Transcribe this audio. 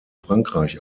frankreich